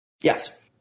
Yes